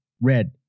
red